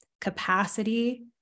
capacity